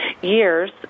years